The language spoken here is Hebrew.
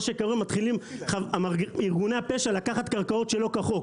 מה שקורה זה שארגוני הפשע מתחילים לקחת קרקעות שלא כחוק.